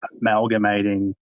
amalgamating